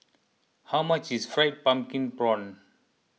how much is Fried Pumpkin Prawns